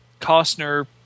Costner